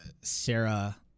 Sarah